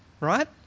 right